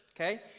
okay